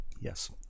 Yes